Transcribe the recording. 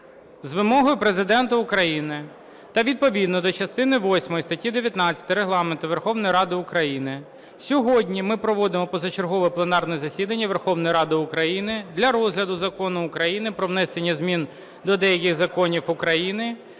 з вимогою Президента України та відповідно до частини восьмої статті 19 Регламенту Верховної Ради України сьогодні ми проводимо позачергове пленарне засідання Верховної Ради України для розгляду Закону України "Про внесення змін до деяких законів України